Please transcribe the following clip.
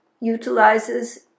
utilizes